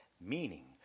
Meaning